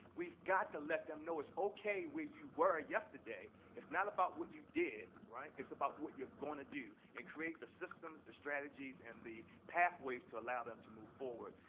we've got to let them know it's okay where you were yesterday. it's not about what you did, right, it's about what you're going to do, and create the systems, the strategies and the pathways to allow them to move forward.